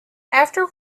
after